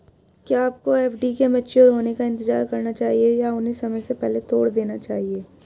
क्या आपको एफ.डी के मैच्योर होने का इंतज़ार करना चाहिए या उन्हें समय से पहले तोड़ देना चाहिए?